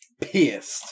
pissed